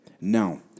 Now